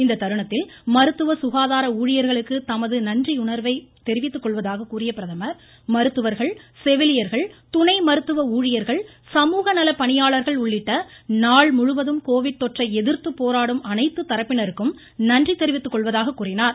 இத்தருணத்தில் மருத்துவ சுகாதார ஊழியர்களுக்கு தமது நன்றியுணர்வை தெரிவித்துக்கொள்வதாக கூறிய பிரதமா் மருத்துவா்கள் செவிலியா்கள் துணை மருத்துவ ஊழியர்கள் சமூக நலப்பணியாளர்கள் உள்ளிட்ட நாள் முழுவதும் கோவிட் தொற்றை எதிர்தது போராடும் அனைத்து தரப்பினருக்கும் நன்றி தெரிவித்துக்கொள்வதாக கூறினார்